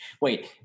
Wait